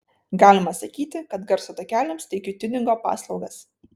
galima sakyti kad garso takeliams teikiu tiuningo paslaugas